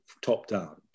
top-down